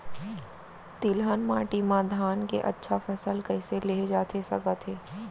तिलहन माटी मा धान के अच्छा फसल कइसे लेहे जाथे सकत हे?